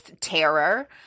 terror